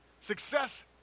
Success